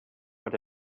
what